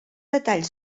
detall